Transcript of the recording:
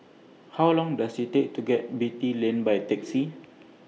How Long Does IT Take to get Beatty Lane By Taxi